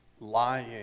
lying